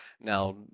Now